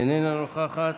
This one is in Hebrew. איננה נוכחת,